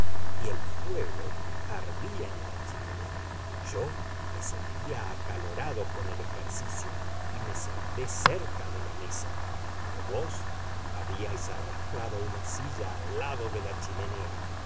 y el fuego ardía en la chimenea yo me sentía acalorado con el ejercicio y me senté cerca de la mesa pero vos habíais arrastrado una silla al lado de la chimenea